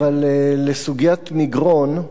אבל לסוגיית מגרון.